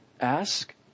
ask